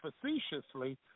facetiously